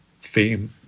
theme